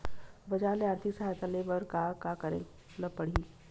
बजार ले आर्थिक सहायता ले बर का का करे ल पड़थे?